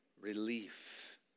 relief